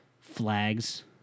flags